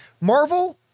Marvel